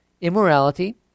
immorality